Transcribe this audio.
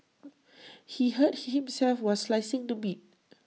he hurt him himself while slicing the meat